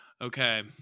Okay